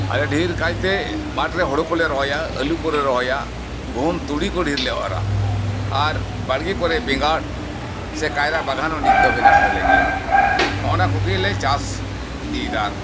ᱟᱞᱮ ᱫᱷᱮᱨ ᱠᱟᱭᱛᱮ ᱢᱟᱴᱷᱨᱮ ᱦᱳᱲᱳ ᱠᱚᱞᱮ ᱨᱚᱦᱚᱭᱟ ᱟᱞᱩ ᱠᱚᱞᱮ ᱨᱚᱦᱚᱭᱟ ᱜᱩᱦᱩᱢ ᱛᱩᱲᱤ ᱠᱤ ᱫᱷᱮᱨ ᱞᱮ ᱮᱨᱟ ᱟᱨ ᱵᱟᱲᱜᱮ ᱠᱚᱨᱮ ᱵᱮᱸᱜᱟᱲ ᱥᱮ ᱠᱟᱭᱨᱟ ᱵᱟᱜᱟᱱ ᱦᱚᱸ ᱱᱤᱛ ᱫᱚ ᱢᱮᱱᱟᱜ ᱛᱟᱞᱮ ᱜᱮᱭᱟ ᱱᱚᱜᱼᱚᱭ ᱱᱚᱶᱟ ᱠᱚᱜᱮᱞᱮ ᱪᱟᱥ ᱤᱫᱤᱭᱫᱟ ᱟᱨ